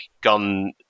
gun